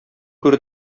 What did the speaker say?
күр